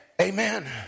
Amen